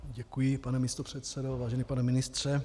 Děkuji, pane místopředsedo, vážený pane ministře.